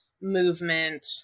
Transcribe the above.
movement